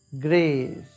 grace